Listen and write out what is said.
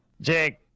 Jake